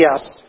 yes